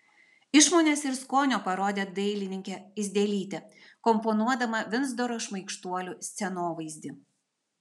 išmonės ir skonio parodė dailininkė idzelytė komponuodama vindzoro šmaikštuolių scenovaizdį